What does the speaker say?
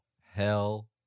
Hell